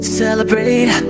celebrate